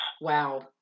Wow